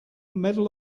medal